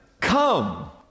come